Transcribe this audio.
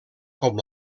com